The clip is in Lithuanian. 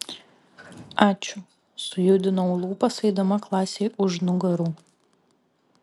ačiū sujudinau lūpas eidama klasei už nugarų